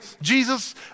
Jesus